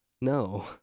No